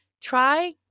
Try